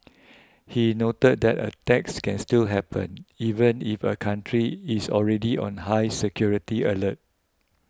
he noted that attacks can still happen even if a country is already on high security alert